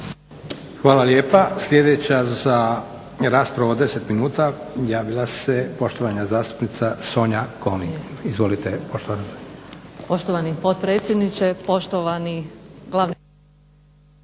Hvala lijepa. Sljedeća za raspravu od 10 minuta javila se poštovana zastupnica Sonja König. Izvolite.